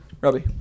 Robbie